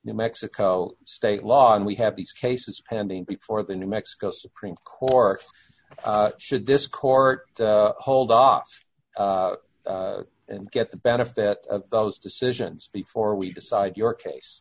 new mexico state law and we have these cases pending before the new mexico supreme court should this court hold off and get the benefit of those decisions before we decide your